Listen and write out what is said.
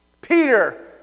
Peter